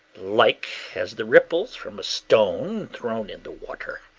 like as the ripples from a stone thrown in the water.